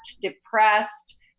depressed